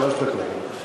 שלוש דקות.